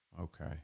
Okay